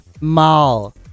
Mal